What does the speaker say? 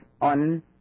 on